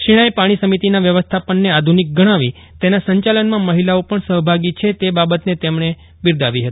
શિણાય પાણી સમિતિના વ્યવસ્થાપનને આધુનિક ગણાવી તેના સંચાલનમાં મફિલાઓ પણ સફભાગી છે તે બાબતને તેમણે બિરદાવી હતી